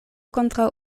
kontraŭ